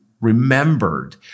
remembered